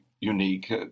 unique